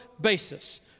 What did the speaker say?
basis